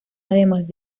además